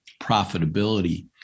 profitability